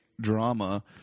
Drama